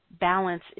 balance